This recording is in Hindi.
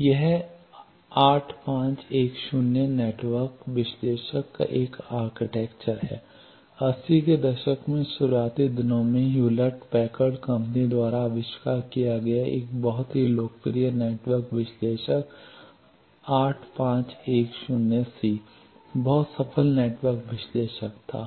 यह 8510 नेटवर्क विश्लेषक का एक आर्किटेक्चर है अस्सी के दशक के शुरुआती दिनों में हूलेट पैकर्ड कंपनी द्वारा आविष्कार किया गया एक बहुत ही लोकप्रिय नेटवर्क विश्लेषक 8510c बहुत सफल नेटवर्क विश्लेषक था